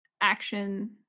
action